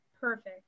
Perfect